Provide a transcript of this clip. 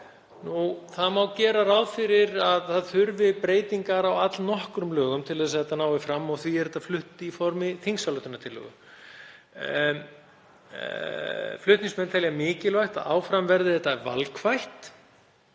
Gera má ráð fyrir að það þurfi breytingar á allnokkrum lögum til að þetta nái fram og því er þetta flutt í formi þingsályktunartillögu. Flutningsmenn telja mikilvægt að áfram verði það valkvætt